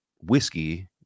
whiskey